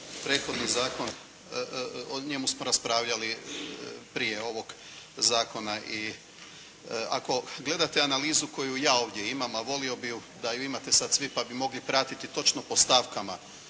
prethodni zakon, o njemu smo raspravljali prije ovog zakona. I ako gledate analizu koju ja ovdje imam a volio bi da ju imate sad svi pa bi mogli pratiti točno po stavkama